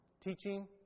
teaching